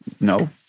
no